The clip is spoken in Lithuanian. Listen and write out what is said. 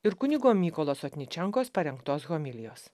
ir kunigo mykolo sotničenkos parengtos homilijos